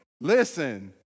Listen